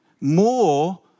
More